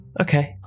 Okay